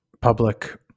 public